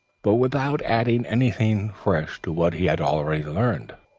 but without adding anything fresh to what he had already learned.